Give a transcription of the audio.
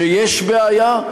שיש בעיה,